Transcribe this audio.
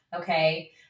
Okay